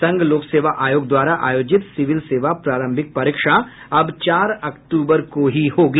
संघ लोक सेवा आयोग द्वारा आयोजित सिविल सेवा प्रारंभिक परीक्षा अब चार अक्तूबर को ही होगी